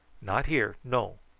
not here no!